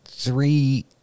Three